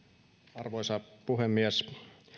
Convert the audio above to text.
arvoisa puhemies